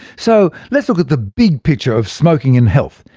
so let's look at the big picture of smoking and health,